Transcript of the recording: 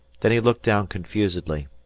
then he looked down confusedly.